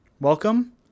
Welcome